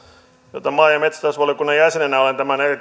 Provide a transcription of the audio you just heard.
joita maa ja metsätalousvaliokunnan jäsenenä olen tämän